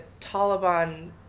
taliban